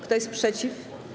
Kto jest przeciw?